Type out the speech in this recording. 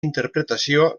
interpretació